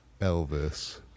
Elvis